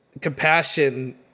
compassion